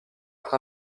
être